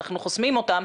אנחנו חוסמים אותן,